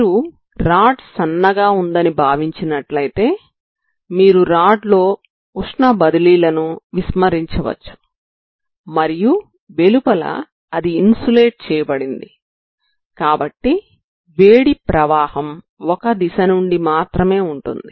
మీరు రాడ్ సన్నగా ఉందని భావించినట్లయితే మీరు రాడ్ లో ఉష్ణ బదిలీ లను విస్మరించవచ్చు మరియు వెలుపల అది ఇన్సులేట్ చేయబడింది కాబట్టి వేడి ప్రవాహం ఒక దిశ నుంచి మాత్రమే ఉంటుంది